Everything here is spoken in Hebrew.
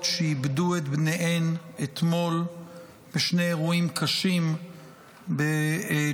שאיבדו את בניהן אתמול בשני אירועים קשים בג'באליה,